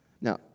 now